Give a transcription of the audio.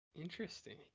Interesting